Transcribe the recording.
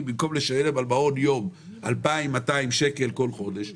במקום לשלם על מעון יום 2,200 שקל כל חודש,